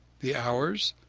the hours,